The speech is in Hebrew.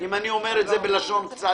אם אני אומר את זה בלשון קצת